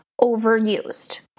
overused